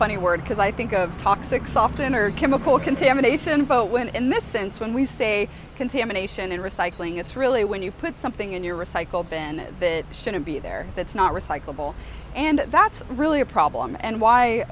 funny word because i think of toxic softener chemical contamination but when in this sense when we say contamination and recycling it's really when you put something in your recycle bin that shouldn't be there that's not recyclable and that's really a problem and why